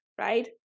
right